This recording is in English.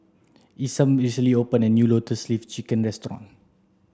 Isam recently opened a new lotus leaf chicken restaurant